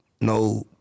no